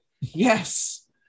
yes